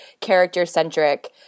character-centric